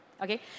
Okay